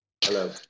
Hello